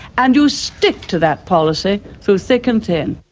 and you stick to that policy through thick and thin.